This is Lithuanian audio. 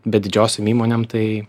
bet didžiosiom įmonėm tai